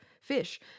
fish